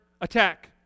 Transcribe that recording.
attack